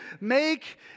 Make